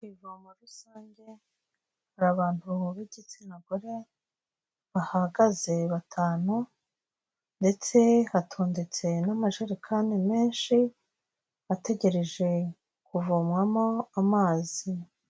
Ivomo rusange, hari abantu b'igitsina gore bahahagaze batanu, ndetse hatondetse n'amajerekani menshi, ategereje kuvomwamo amazi.